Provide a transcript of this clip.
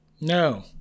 No